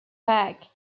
pack